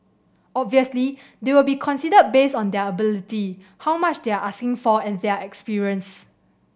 obviously they'll be considered based on their ability how much they are asking for and their experience